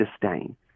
disdain